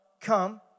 come